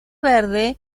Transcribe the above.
verde